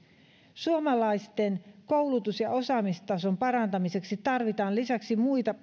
suomalaisten koulutus ja osaamistason parantamiseksi tarvitaan lisäksi muita